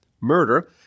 murder